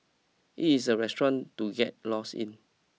it is a restaurant to get lost in